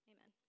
Amen